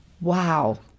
Wow